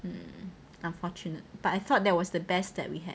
um unfortunate but I thought that was the best that we have